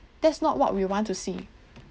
that's not what we want to see